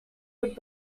would